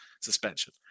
suspension